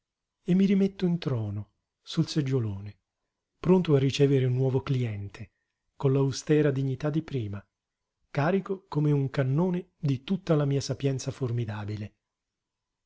e mi rimetto in trono sul seggiolone pronto a ricevere un nuovo cliente con l'austera dignità di prima carico come un cannone di tutta la mia sapienza formidabile